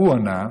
הוא ענה,